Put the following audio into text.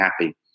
happy